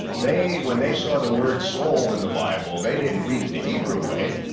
they when they saw the word soul in the bible, they didn't read it the hebrew way,